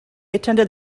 attended